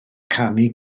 canu